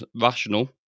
rational